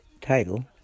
title